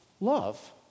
love